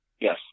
yes